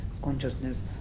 consciousness